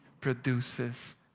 produces